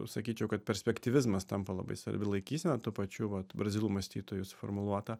sakyčiau kad perspektyvizmas tampa labai svarbi laikysena tų pačių vat brazilų mąstytojų suformuluota